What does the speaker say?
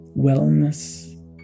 wellness